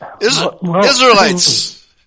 Israelites